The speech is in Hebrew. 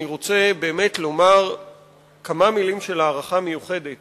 אני רוצה באמת לומר כמה מלים של הערכה מיוחדת